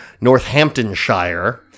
Northamptonshire